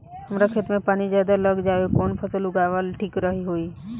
हमरा खेत में पानी ज्यादा लग जाले कवन फसल लगावल ठीक होई?